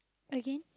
again